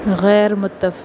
غیر متفق